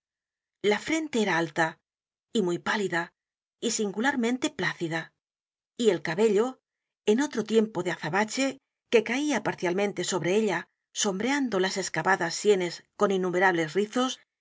la frente era alta y muy pálida y singularmente plácida y el cabello en otro tiempo de azabache que caía parcialmente sobre ella sombreando las escavadas sienes con innumerables rizos